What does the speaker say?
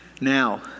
now